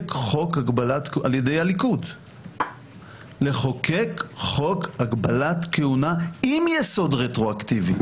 ע"י הליכוד לחוקק חוק הגבלת כהונה עם יסוד רטרואקטיבי.